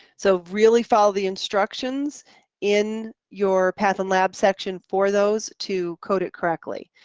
so really follow the instructions in your path and lab section for those to code it correctly.